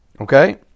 Okay